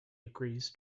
agrees